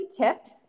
tips